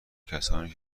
کسانی